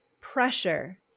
pressure